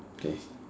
okay